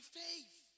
faith